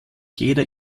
jeder